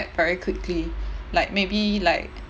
very quickly like maybe like